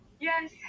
Yes